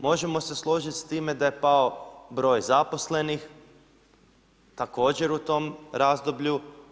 Možemo se složit s time da je pao broj zaposlenih također u tom razdoblju.